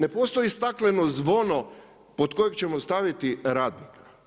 Ne postoji stakleno zvono pod kojeg ćemo staviti radnika.